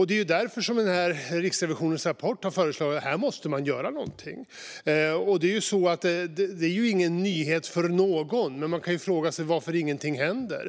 Det är därför som man i Riksrevisionens rapport framhåller att det måste göras något här. Detta är ingen nyhet för någon, men man kan fråga sig varför ingenting händer.